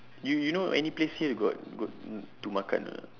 you you know any place here got got to makan or not